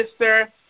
Mr